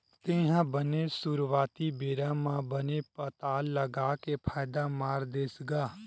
तेहा बने सुरुवाती बेरा म बने पताल लगा के फायदा मार देस गा?